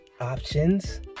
options